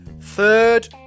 third